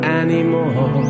anymore